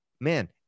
Man